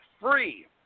free